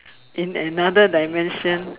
in another dimension